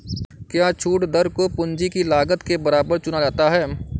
क्या छूट दर को पूंजी की लागत के बराबर चुना जाता है?